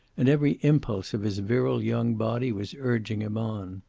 and every impulse of his virile young body was urging him on.